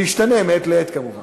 שישתנה מעת לעת כמובן.